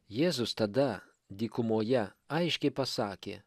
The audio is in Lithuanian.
jėzus tada dykumoje aiškiai pasakė